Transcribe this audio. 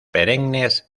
perennes